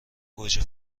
گوجه